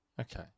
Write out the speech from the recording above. okay